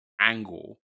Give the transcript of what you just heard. angle